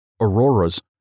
auroras